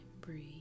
breathe